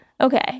Okay